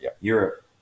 Europe